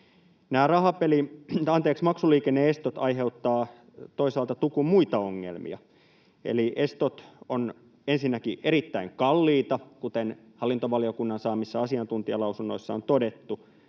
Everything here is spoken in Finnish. Maksuliikenne-estot aiheuttavat toisaalta tukun muita ongelmia, eli estot ovat ensinnäkin erittäin kalliita, kuten hallintovaliokunnan saamissa asiantuntijalausunnoissa on todettu,